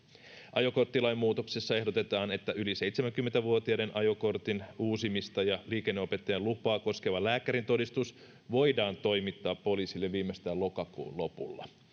ajokorttilain muutoksessa ehdotetaan että yli seitsemänkymmentä vuotiaiden ajokortin uusimista ja liikenneopettajan lupaa koskeva lääkärintodistus voidaan toimittaa poliisille viimeistään lokakuun lopulla